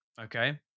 Okay